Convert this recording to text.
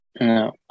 No